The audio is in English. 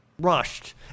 rushed